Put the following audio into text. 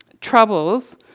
troubles